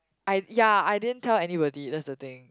I ya I didn't tell anybody that's the thing